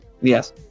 Yes